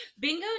bingo